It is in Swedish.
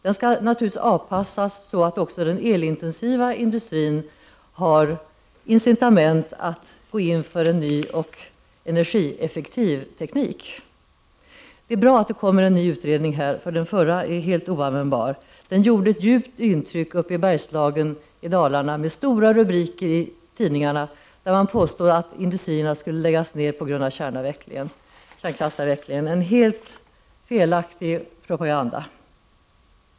Den skall naturligtvis avpassas så, att också den elintensiva industrin får incitament att gå in för en ny och energieffektiv teknik. Det är bra att det nu kommer en ny utredning, eftersom den förra är helt oanvändbar. Den utredningen gjorde ett djupt intryck uppe i Bergslagen i Dalarna med stora rubriker i tidningarna, där man påstod att industrierna skulle läggas ned på grund av kärnkraftsavvecklingen. Det var en helt felaktig propaganda.